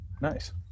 Nice